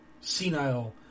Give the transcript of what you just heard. Senile